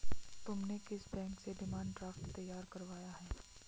तुमने किस बैंक से डिमांड ड्राफ्ट तैयार करवाया है?